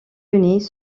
unis